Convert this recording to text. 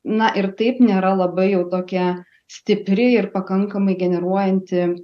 na ir taip nėra labai jau tokia stipri ir pakankamai generuojanti